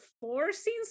forcing